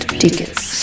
tickets